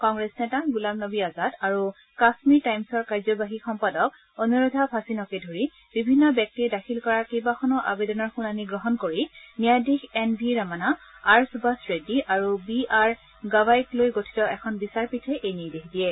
কংগ্ৰেছ নেতা গুলাম নবী আজাদ আৰু কাশ্মীৰ টাইমছৰ কাৰ্যাবাহী সম্পাদক অনুৰাধা ভাছিনকে ধৰি বিভিন্ন ব্যক্তিয়ে দাখিল কৰা কেইবাখনো আৱেদনৰ শুনানি গ্ৰহণ কৰি ন্যায়াধীশ N V Ramana R Subhash Reddy আৰু বি আৰ গাৱাইক লৈ গঠিত এখন বিচাৰপীঠে এই নিৰ্দেশ দিয়ে